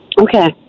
Okay